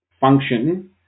function